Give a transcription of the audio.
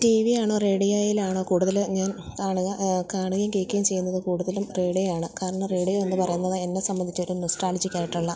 tea വിയാണോ റേഡിയോയാണോ കൂടുതല് ഞാൻ കാണുകയും കേള്ക്കുകയും ചെയ്യുന്നത് കൂടുതലും റേഡിയോയാണ് കാരണം റേഡിയോ എന്ന് പറയുന്നത് എന്നെ സംബന്ധിച്ചിടത്തോളം നൊസ്റ്റാൾജിക്ക് ആയിട്ടുള്ള